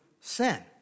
sin